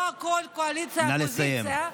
לא הכול קואליציה אופוזיציה,